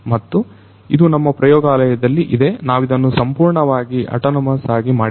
ಮತ್ತು ಇದು ನಮ್ಮ ಪ್ರಯೋಗಾಲಯದಲ್ಲಿ ಇದೆ ನಾವಿದನ್ನು ಸಂಪೂರ್ಣವಾಗಿ ಅಟಾನಮಸ್ ಆಗಿ ಮಾಡಿದ್ದೇವೆ